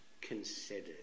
considered